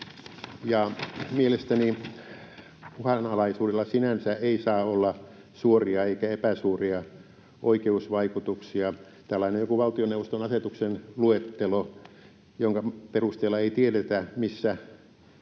Mielestäni uhanalaisuudella sinänsä ei saa olla suoria eikä epäsuoria oikeusvaikutuksia. Tällainen joku valtioneuvoston asetuksen luettelo, jonka perusteella ei tiedetä, missä